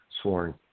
sworn